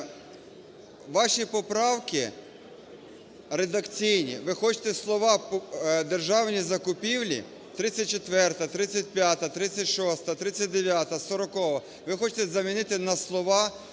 Ваші поправки редакційні, ви хочете слова "державні закупівлі" (34-а, 35-а, 36-а, 39-а, 40-а) ви хочете замінити на слова